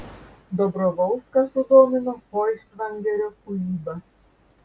dobrovolską sudomino foichtvangerio kūryba